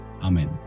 Amen